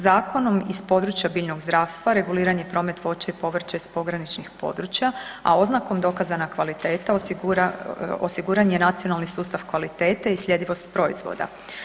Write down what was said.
Zakonom iz područja biljnog zdravstva reguliran je i promet voća i povrća iz pograničnih područja a oznakom „dokazana kvaliteta“ osiguran je nacionalni sustav kvalitet i sljedivost proizvoda.